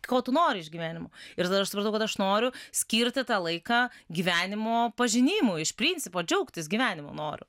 ko tu nori iš gyvenimo ir tada aš supratau kad aš noriu skirti tą laiką gyvenimo pažinimui iš principo džiaugtis gyvenimu noriu